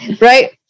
Right